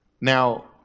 Now